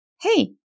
hey